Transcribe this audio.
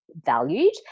valued